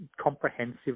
comprehensive